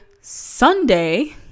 Sunday